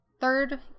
third